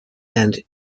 and